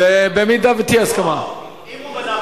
אם יש מקום,